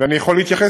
ואני יכול להתייחס,